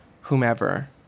whomever